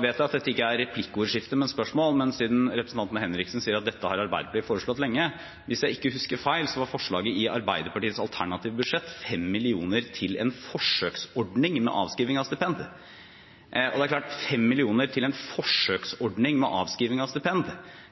vet at dette ikke er et replikkordskifte, men spørsmål. Men siden representanten Henriksen sier at dette har Arbeiderpartiet foreslått lenge: Hvis jeg ikke husker feil, var forslaget i Arbeiderpartiets alternative budsjett 5 mill. kr til en forsøksordning med avskriving av stipend. Det er klart at 5 mill. kr til en forsøksordning med avskriving av stipend